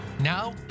Now